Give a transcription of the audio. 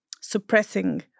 suppressing